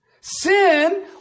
Sin